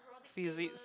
physics